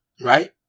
right